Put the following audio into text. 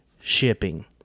shipping